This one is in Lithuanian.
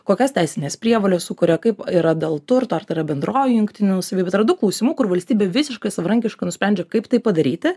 kokias teisines prievoles sukuria kaip yra dėl turto ar tai yra bendroji jungtinė nuosavybė tai yra daug klausimų kur valstybė visiškai savarankiškai nusprendžia kaip tai padaryti